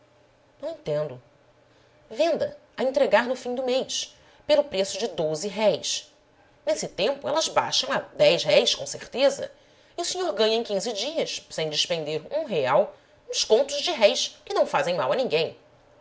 não entendo venda a entregar no fim do mês pelo preço de esse tempo elas baixam a com certeza e o senhor ganha em quinze dias sem despender um real uns contos de réis que não fazem mal a ninguém